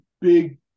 big